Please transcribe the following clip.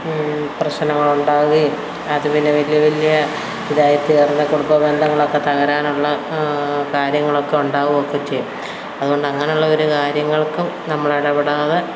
പ്രശ്നങ്ങളുണ്ടാവുകയും അത് പിന്നെ വലിയ വലിയ ഇതായിത്തീർന്ന് കുടുംബബന്ധങ്ങളൊക്കെ തകരാനുള്ള കാര്യങ്ങളൊക്കെ ഉണ്ടാവുകയും ഒക്കെ ചെയ്യും അതുകൊണ്ട് അങ്ങനെയുള്ള ഒരു കാര്യങ്ങൾക്കും നമ്മള് ഇടപെടാതെ